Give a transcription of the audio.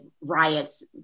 riots